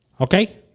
Okay